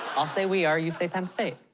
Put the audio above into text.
i'll say we are, you say penn state.